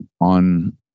on